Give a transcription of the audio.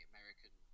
American